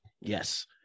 Yes